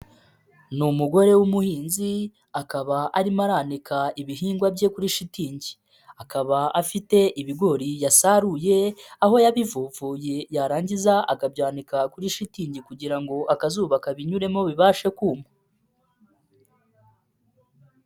Ni umugore w'umuhinzi akaba arimo a araika ibihingwa bye kuri shitingi, akaba afite ibigori yasaruye, aho yabivovoye yarangiza akabyanika kuri shitingi kugira ngo akazuba kabinyuremo bibashe kuma.